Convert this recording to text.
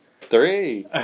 Three